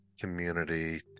community